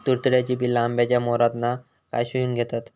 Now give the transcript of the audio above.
तुडतुड्याची पिल्ला आंब्याच्या मोहरातना काय शोशून घेतत?